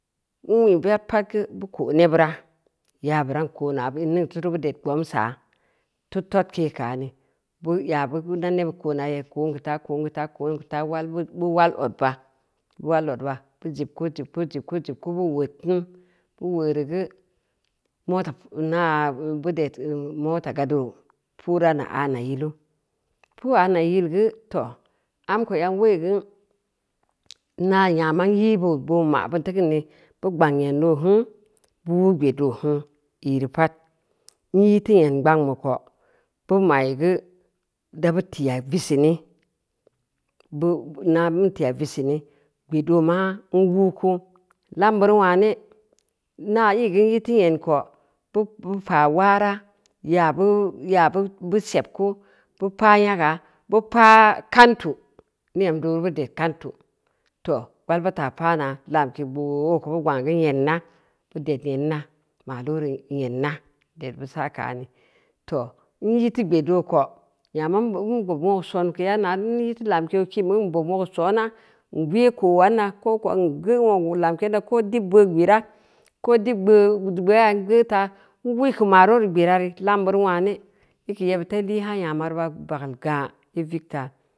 Nwa’ bu bed pad geu, bu ko’ nebira, ya buran koona, in ning turu bad ed gbomsa, teu tod kee kani, yabu ba nebid ko’na yaa koi geu ta, ki geu ta, koi geu, ta, bu wal odba, bu wal odba, bu jibku, jibku, jibku, jibku, bu uuud ku, bu weureu geu, moto inaa, bud ed moto gaduru, pau danna nyana yilu puu nyanai yil geu, too, amko yan weni geu ina nyama nyi boo boo ma’ bin teu kin neu, bug bang nyedn oo nn, bu wau gbed oo nn, iireu pad, n yi teu nyedn gbangn bu ko, bu ma’i geu dabu tiia viseu ni, beu ina bu tiia viseu ni, gbed oo maa bu wuu kuu, lambureu nwaane, inan yi geu ni teu nyedu ko, teu bu pa’a waara, yaabu, yabu sebku, bu paa nyaga, bu paa kautu, niyam dooru bud ed kautu, too, walba taa paana, lamke gboooo, keu bu gbangn geu nyedn na, bad ed nyodna, malori nyedn na, ded bu sa’ kaani, too ni teu gbed oo ko nyama nm bob muogeu somkeya naa n i teu lamke oo kin be n bob nwogeu soona, n weu koowanna koko n geu nwogeu lamkeya ko dib beu gbera, ko dib beau n geu’ tan n muni geu malari gbera reu lambeuri nwaane i keu yebbid ta i lii haa nyama reu bo bageul gaa i vig taa.